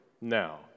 Now